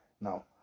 Now